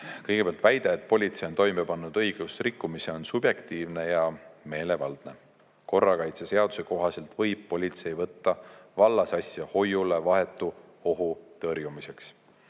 Kõigepealt, väide, et politsei on toime pannud õigusrikkumise, on subjektiivne ja meelevaldne. Korrakaitseseaduse kohaselt võib politsei võtta vallasasja hoiule vahetu ohu tõrjumiseks.